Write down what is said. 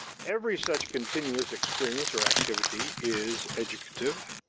every such continuous experience or activity is educative,